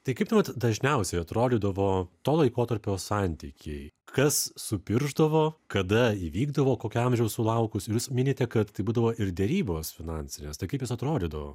tai kaip tuomet dažniausiai atrodydavo to laikotarpio santykiai kas supiršdavo kada įvykdavo kokio amžiaus sulaukus vis minite kad tai būdavo ir derybos finansinės tai kaip jos atrodydavo